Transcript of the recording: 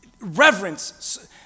reverence